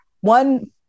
one